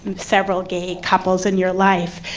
several gay couples in your life.